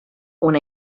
una